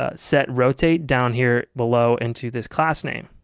ah setrotate down here below into this class name.